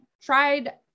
tried